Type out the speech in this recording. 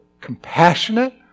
compassionate